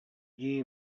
дии